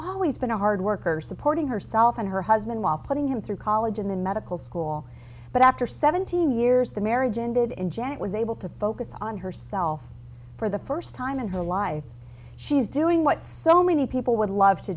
always been a hard worker supporting herself and her husband while putting him through college in the school but after seventeen years the marriage ended in janet was able to focus on herself for the first time in her life she's doing what so many people would love to